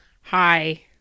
Hi